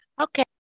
okay